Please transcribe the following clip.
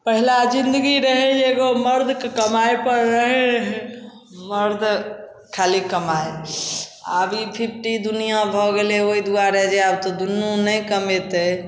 पहिला जिन्दगी रहै एगो मरदके कमाइपर रहै रहै मरद खाली कमाइ आब ई फिफ्टी दुनिआँ भऽ गेलै ओहि दुआरे जे आब तऽ दुन्नू नहि कमेतै